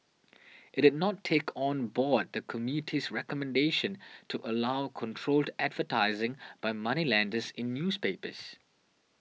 it did not take on board the committee's recommendation to allow controlled advertising by moneylenders in newspapers